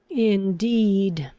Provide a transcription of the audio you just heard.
indeed,